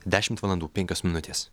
dešimt valandų penkios minutės